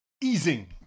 easing